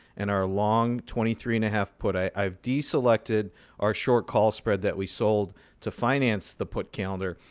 and our long twenty three and a half put i have deselected our short call spread that we sold to finance the put calendar.